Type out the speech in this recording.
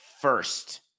first